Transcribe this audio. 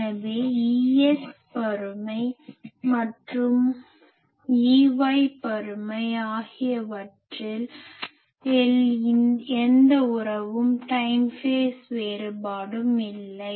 எனவே Ex பருமன் மற்றும் Ey பருமன் ஆகியவற்றில் எந்த உறவும் டைம் ஃபேஸ் வேறுபாடும் இல்லை